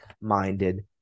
minded